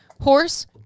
horse